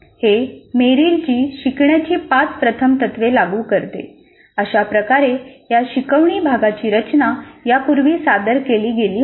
हे मेरिलची शिकण्याची पाच प्रथम तत्त्वे लागू करते अशाप्रकारे या शिकवणी भागाची रचना यापूर्वी सादर केली गेली होती